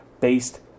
based